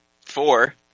four